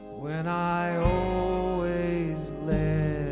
when i always let